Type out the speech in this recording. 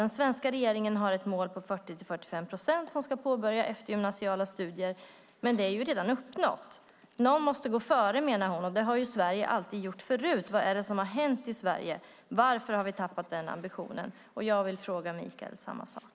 Den svenska regeringen har ett mål på 40-45 procent som ska påbörja eftergymnasiala studier, men det är ju redan uppnått. Någon måste gå före, menar hon, och det har ju Sverige alltid gjort förut. Vad är det som har hänt i Sverige? Varför har ni tappat den ambitionen? Och jag vill fråga Michael om samma sak.